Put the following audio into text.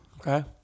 Okay